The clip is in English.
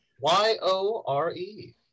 y-o-r-e